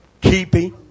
keeping